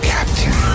Captain